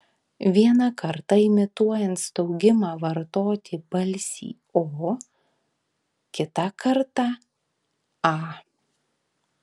vieną kartą imituojant staugimą vartoti balsį o kitą kartą a